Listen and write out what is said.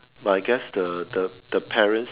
but I guess the the the parents